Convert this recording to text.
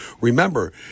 remember